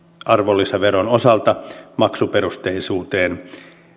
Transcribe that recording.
arvonlisäveron osalta maksuperusteisuuteen